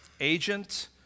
agent